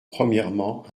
premièrement